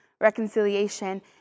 reconciliation